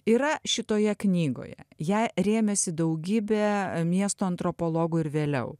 yra šitoje knygoje ja rėmėsi daugybe miesto antropologų ir vėliau